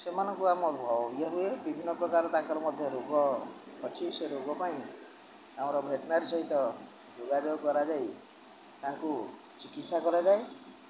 ସେମାନଙ୍କୁ ଆମ ହୁଏ ବିଭିନ୍ନ ପ୍ରକାର ତାଙ୍କର ମଧ୍ୟ ରୋଗ ଅଛି ସେ ରୋଗ ପାଇଁ ଆମର ଭେଟେନାରୀ ସହିତ ଯୋଗାଯୋଗ କରାଯାଇ ତାଙ୍କୁ ଚିକିତ୍ସା କରାଯାଏ